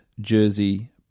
jersey